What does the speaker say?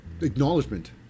acknowledgement